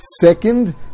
second